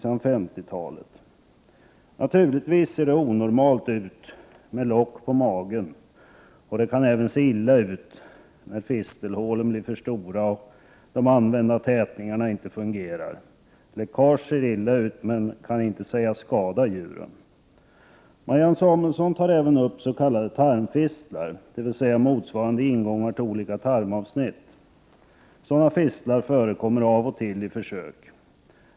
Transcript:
Det ser naturligtvis onormalt ut med lock på magen, och det kan även se illa ut när fistelhålen blir för stora och de använda tätningarna inte fungerar. Läckage ser illa ut, men kan inte sägas skada djuren. Marianne Samuelsson tar även upp s.k. tarmfistlar, dvs. motsvarande ingångar till olika tarmavsnitt. Sådana fistlar förekommer av och till i försök.